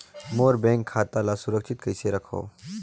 मोर bank खाता ला सुरक्षित कइसे रखव?